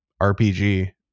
rpg